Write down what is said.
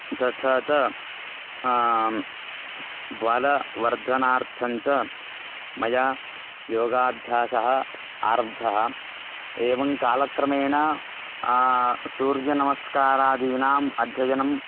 तथा च बलवर्धनार्थं च मया योगाभ्यासः आरब्धः एवं कालक्रमेण सूर्यनमस्कारादीनाम् अध्ययनम्